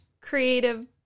creative